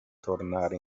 tornare